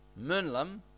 Mönlam